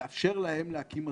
לאפשר להם להקים עסקים.